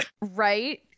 Right